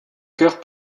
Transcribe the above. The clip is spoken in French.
chœur